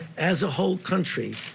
as a whole country,